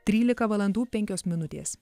trylika valandų penkios minutės